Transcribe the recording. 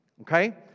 Okay